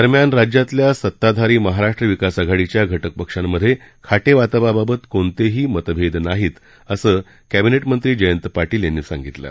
दरम्यान राज्यातल्या सत्ताधारी महाराष्ट्र विकास आघाडीच्या घटक पक्षांमधे खाते वाटपाबाबत कोणतेही मतभेद नाहीत असं कॅबिनेट मंत्री जयंत पाटील यांनी सांगितलं आहे